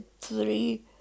three